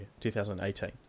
2018